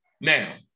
Now